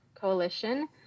Coalition